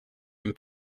and